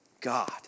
God